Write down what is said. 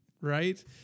right